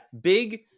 big